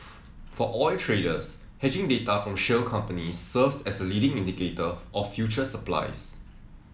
for oil traders hedging data from shale companies serves as a leading indicator of future supplies